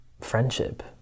friendship